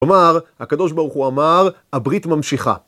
כלומר, הקדוש ברוך הוא אמר, הברית ממשיכה.